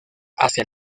hacia